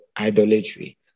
idolatry